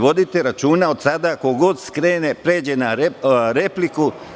Vodite računa od sada, ko god skrene, pređe na repliku…